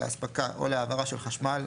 להספקה או להעברה של חשמל,